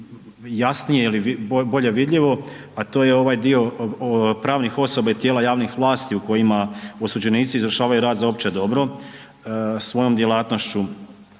jasnije ili bolje vidljivo a to je ovaj dio pravnih osoba i tijela javnih vlasti u kojima osuđenici izvršavaju rad za opće dobro, svojom djelatnošću